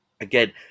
again